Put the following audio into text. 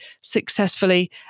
successfully